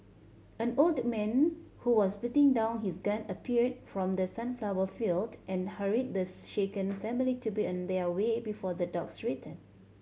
an old man who was putting down his gun appeared from the sunflower field and hurried the shaken family to be on their way before the dogs return